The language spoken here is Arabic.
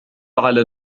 على